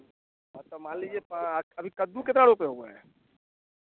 हँ तो मान लिजिए पाँच क अभी कद्दू केतना रोपे हुए हैं